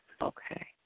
Okay